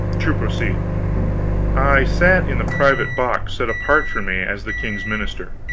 to proceed i sat in the private box set apart for me as the king's minister.